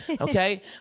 Okay